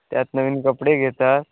त्यात नवीन कपडे घेतात